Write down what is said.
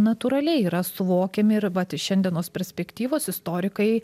natūraliai yra suvokiami ir vat iš šiandienos perspektyvos istorikai